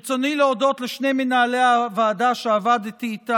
ברצוני להודות לשני מנהלי הוועדה שאיתם עבדתי,